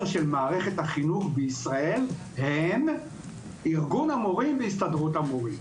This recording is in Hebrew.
של מערכת החינוך בישראל הם ארגון המורים והסתדרות המורים.